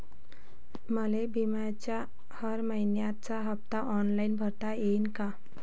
मले बिम्याचा हर मइन्याचा हप्ता ऑनलाईन भरता यीन का?